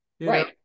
Right